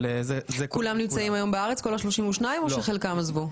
כולם נמצאים היום בארץ או שחלקם עזבו?